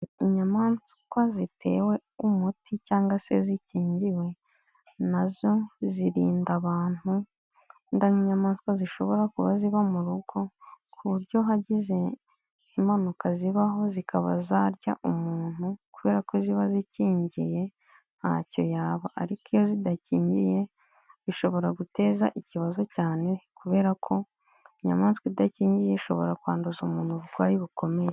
Inyamaswa zitewe umuti cyangwa se zikingiwe, nazo zirinda abantu, nk'inyamaswa zishobora kuba ziba mu rugo, ku buryo hagize impanuka zibaho zikaba zarya umuntu, kubera ko ziba zikingiye ntacyo yaba, ariko iyo zidakingiye bishobora guteza ikibazo cyane, kubera ko inyamaswa idakingiye ishobora kwanduza umuntu burwayi bukomeye.